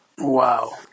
wow